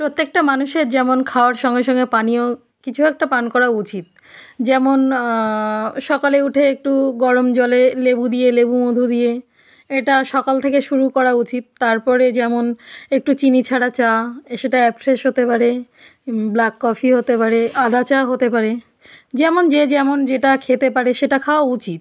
প্রত্যেকটা মানুষের যেমন খাওয়ার সঙ্গে সঙ্গে পানীয় কিছু একটা পান করা উচিত যেমন সকালে উঠে একটু গরম জলে লেবু দিয়ে লেবু মধু দিয়ে এটা সকাল থেকে শুরু করা উচিত তারপরে যেমন একটু চিনি ছাড়া চা সেটা অ্যাফ্রেশ হতে পারে ব্ল্যাক কফি হতে পারে আদা চা হতে পারে যেমন যে যেমন যেটা খেতে পারে সেটা খাওয়া উচিত